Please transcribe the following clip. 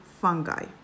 fungi